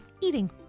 eating